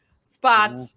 spot